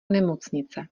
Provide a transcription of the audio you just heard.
nemocnice